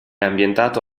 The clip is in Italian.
ambientato